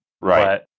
Right